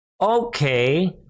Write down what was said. okay